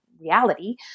Reality